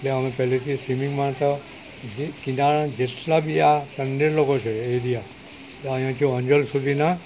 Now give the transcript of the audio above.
એટલે અમે પહેલેથી સ્વિમિંગમાં તો જે કિનારાના જેટલા બી આ ચંડેલ લોકો છે એરિયા અહીંયા જો અંજળ સુધીના